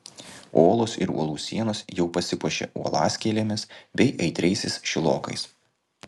olos ir uolų sienos jau pasipuošė uolaskėlėmis bei aitriaisiais šilokais